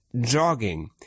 jogging